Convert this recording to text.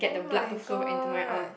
[oh]-my-god